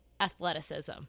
athleticism